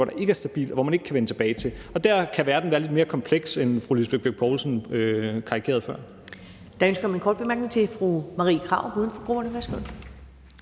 som man ikke kan vende tilbage til, og der kan verden være lidt mere kompleks, end fru Lisbeth Bech-Nielsen karikerede før.